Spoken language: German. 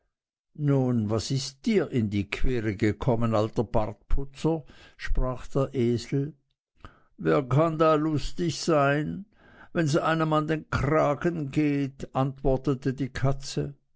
nun was ist dir in die quere gekommen alter bartputzer sprach der esel wer kann da lustig sein wenns einem an den kragen geht antwortete die katze